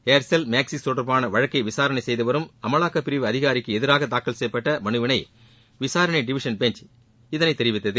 Aircel Maxis தொடர்பான வழக்கை விசாரணை செய்துவரும் அமலாக்கப்பிரவு அதிகாரிக்கு எதிராக தாக்கல் செய்யப்பட்ட மனுவினை விசாரணை டிவிஷன் பெஞ்ச் இதனை தெரிவித்தது